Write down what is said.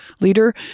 leader